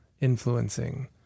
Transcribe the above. influencing